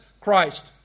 Christ